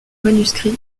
manuscrit